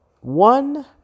one